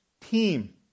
team